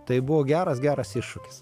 tai buvo geras geras iššūkis